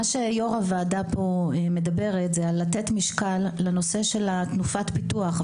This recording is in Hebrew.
יושבת-ראש הוועדה מדברת על מתן משקל לתנופת הפיתוח,